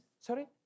Sorry